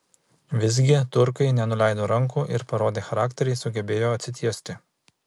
visgi turkai nenuleido rankų ir parodę charakterį sugebėjo atsitiesti